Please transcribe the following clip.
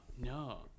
no